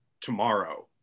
tomorrow